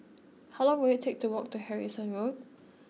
how long will it take to walk to Harrison Road